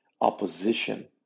opposition